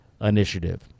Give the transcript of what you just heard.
initiative